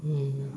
mm